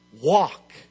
walk